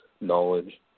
knowledge